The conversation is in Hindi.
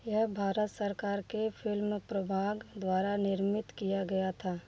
यह भारत सरकार के फ़िल्म प्रभाग द्वारा निर्मित किया गया था